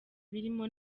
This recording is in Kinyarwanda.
birimo